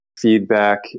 Feedback